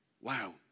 Wow